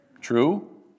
True